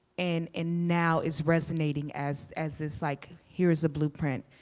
and and now is resonating as as this, like, here is a blueprint.